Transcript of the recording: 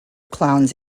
clowns